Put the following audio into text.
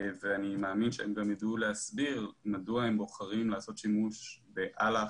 אני מאמין שהם גם יידעו להסביר מדוע הם בוחרים לעשות שימוש באל"ח,